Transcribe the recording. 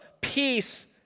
peace